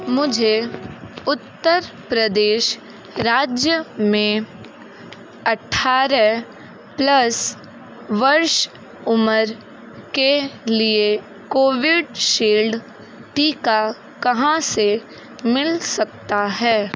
मुझे उत्तर प्रदेश राज्य में अठारह प्लस वर्ष उमर के लिए कोविड शील्ड टीका कहाँ से मिल सकता है